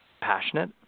passionate